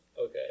Okay